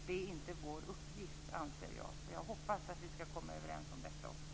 Det anser jag inte vara vår uppgift. Jag hoppas att vi skall komma överens också om detta.